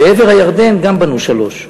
בעבר הירדן גם בנו שלוש.